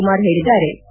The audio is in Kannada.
ಶಿವಕುಮಾರ್ ಹೇಳಿದ್ದಾರೆ